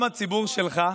וגם הציבור שלך,